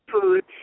food